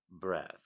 Breath